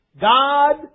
God